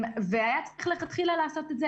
והיה צריך מלכתחילה לעשות את זה,